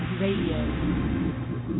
Radio